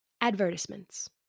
Advertisements